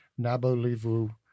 Nabolivu